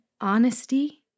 honesty